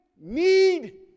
need